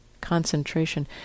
concentration